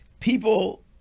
People